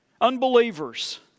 unbelievers